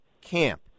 camp